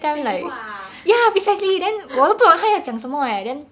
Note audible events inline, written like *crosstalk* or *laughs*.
废话啊 *laughs*